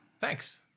thanks